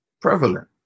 prevalent